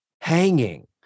hanging